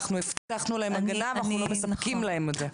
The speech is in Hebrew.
אנחנו הבטחנו להם הגנה ואנחנו לא מספקים להם אותה.